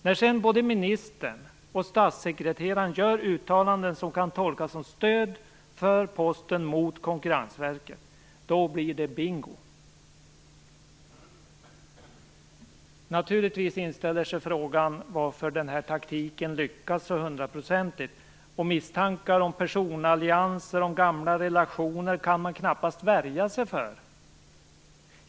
När sedan både ministern och statssekreteraren gör uttalanden som kan tolkas som stöd för Posten mot Konkurrensverket blir det bingo. Naturligtvis inställer sig frågan varför denna taktik lyckas så hundraprocentigt. Misstankar om personallianser och gamla relationer kan man knappast värja sig för.